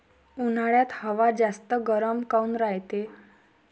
उन्हाळ्यात हवा जास्त गरम काऊन रायते?